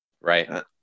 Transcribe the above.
right